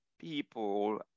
people